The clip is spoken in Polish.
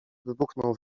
wybuchnął